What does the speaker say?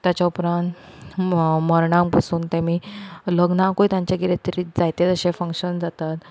ताच्या उपरांत मरणाक बसून तेमी लग्नाकूय तेंचे किदें तरी जायते अशे फंग्शन जाता